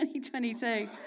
2022